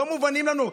לא מובנים לנו.